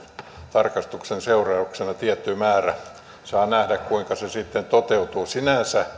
tarkastuksen seurauksena tietty määrä saa nähdä kuinka se sitten toteutuu sinänsä